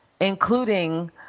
including